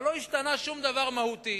אבל לא השתנה שום דבר מהותי